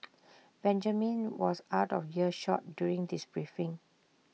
Benjamin was out of earshot during this briefing